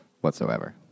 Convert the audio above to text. whatsoever